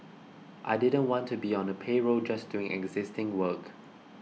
I didn't want to be on a payroll just doing existing work